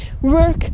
work